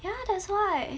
ya that's why